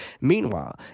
Meanwhile